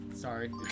Sorry